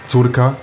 Córka